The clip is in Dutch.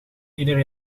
ieder